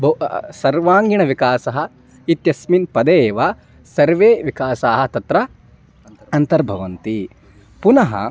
बौ सर्वाङ्गीणविकासः इत्यस्मिन् पदे एव सर्वे विकासाः तत्र अन्तर्भवन्ति पुनः